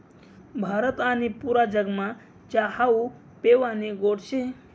भारत आणि पुरा जगमा च्या हावू पेवानी गोट शे